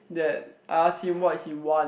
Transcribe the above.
that I ask him what he want